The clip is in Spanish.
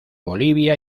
bolivia